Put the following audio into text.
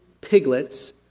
piglets